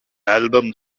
album